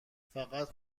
فقط